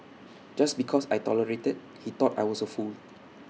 just because I tolerated he thought I was A fool